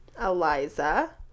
Eliza